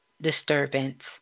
disturbance